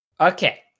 Okay